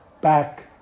back